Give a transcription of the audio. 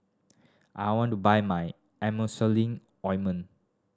I want to buy my Emulsying Ointment